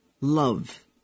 love